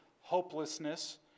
hopelessness